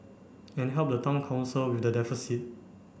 and help the Town Council with the deficit